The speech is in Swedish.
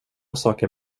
saker